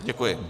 Děkuji.